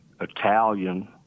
Italian